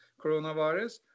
coronavirus